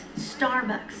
Starbucks